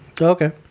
Okay